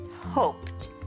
hoped